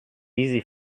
easy